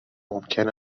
ممکن